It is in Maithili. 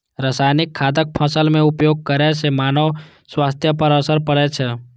रासायनिक खादक फसल मे उपयोग करै सं मानव स्वास्थ्य पर असर पड़ै छै